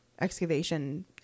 excavation